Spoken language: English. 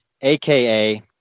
aka